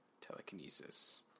telekinesis